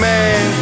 Man